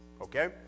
Okay